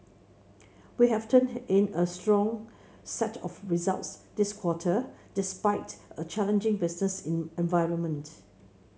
we have turned in a strong set of results this quarter despite a challenging business environment